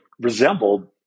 resembled